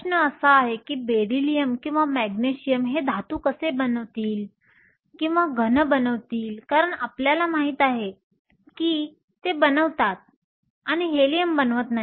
प्रश्न असा आहे की बेरिलियम किंवा मॅग्नेशियम हे धातू कसे बनवतील किंवा घन बनवतील कारण आपल्याला माहित आहे की ते बनवतात आणि हेलियम बनवत नाही